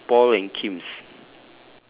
mine is paul and kim's